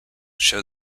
show